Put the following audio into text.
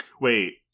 Wait